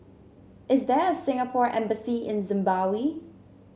is there a Singapore Embassy in Zimbabwe